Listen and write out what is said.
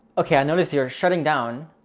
okay, i noticed you're shutting down.